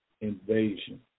invasion